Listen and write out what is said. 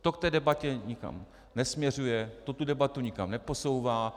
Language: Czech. To v té debatě nikam nesměřuje, to tu debatu nikam neposouvá.